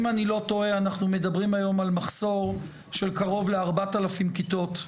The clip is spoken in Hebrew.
אם אני לא טועה אנחנו מדברים היום על מחסור של קרוב ל-4,000 כיתות.